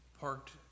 parked